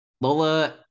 Lola